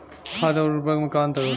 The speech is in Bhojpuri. खाद्य आउर उर्वरक में का अंतर होला?